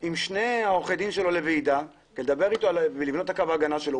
לוועידה עם שני עורכי הדין שלו כדי לבנות את קו ההגנה שלו,